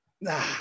Nah